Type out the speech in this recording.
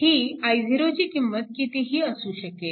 ही i0 ची किंमत कितीही असू शकेल